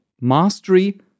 mastery